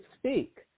speak